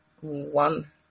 One